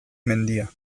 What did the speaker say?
mendia